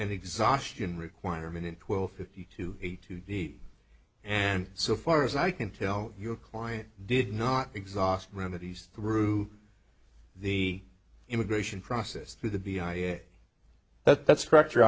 and exhaustion requirement in twelve fifty two a to b and so far as i can tell your client did not exhaust remedies through the immigration process through the b idea that structure